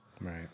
Right